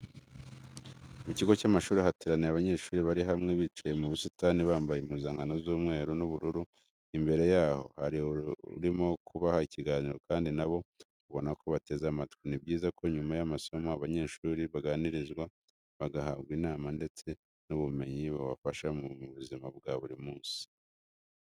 Mu kigo cy'amashuri hateraniye abanyesuri bari hamwe bicaye mu busitani, bambaye impuzankano z'umweru n'ubururu, imbere yabo hari urimo kubaha ikiganiro kandi na bo ubona ko bateze amatwi. Ni byiza ko nyuma y'amasomo abanyeshuri baganirizwa bagahabwa inama ndetse n'ubumenyi bubafasha mu buzima bwa buri munsi.